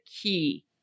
key